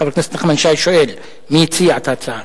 חבר הכנסת נחמן שי שואל מי הציע את ההצעה.